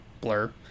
blur